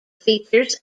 features